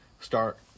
start